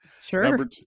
Sure